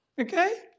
Okay